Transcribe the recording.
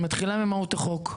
אני מתחילה ממהות החוק.